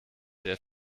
der